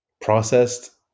processed